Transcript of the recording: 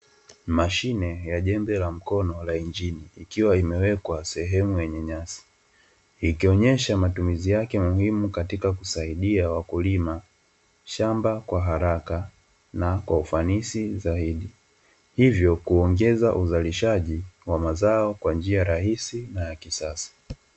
Mashine ya jembe la mkono la injini ikiwa imewekwa sehemu yenye nyasi, ikionyesha matumizi yake muhimu katika kusaidia wakulima shamba kwa haraka na kwa ufanisi zaidi hivyo kuongeza uzalishaji wa mazao kwa njia rahisi na ya kisasa.